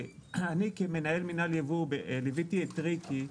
אני כמנהל מינהל היבוא ליוויתי את ריקי,